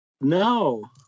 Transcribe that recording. No